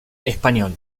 español